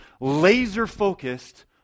laser-focused